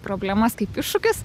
problemas kaip iššūkius